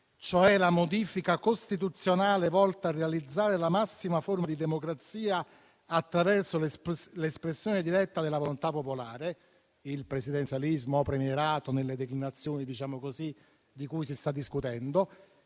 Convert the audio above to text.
cioè la modifica costituzionale volta a realizzare la massima forma di democrazia attraverso l'espressione diretta della volontà popolare: il presidenzialismo o premierato nelle declinazioni di cui si sta discutendo.